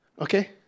Okay